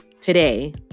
today